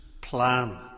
plan